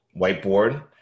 Whiteboard